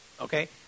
Okay